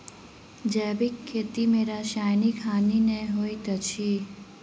जैविक खेती में रासायनिक हानि नै होइत अछि